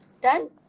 Done